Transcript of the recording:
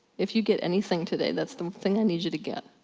if you get anything today, that's the thing i need you to get.